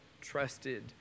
trusted